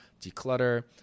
Declutter